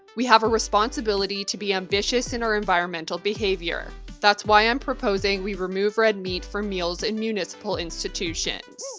we have a responsibility to be ambitious in our environmental behavior. that's why i'm proposing we remove red meat from meals in municipal institutions.